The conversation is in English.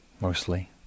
mostly